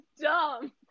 dumb